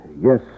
yes